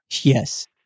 Yes